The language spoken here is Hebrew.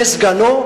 סגנו,